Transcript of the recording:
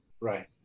Right